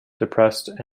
depressed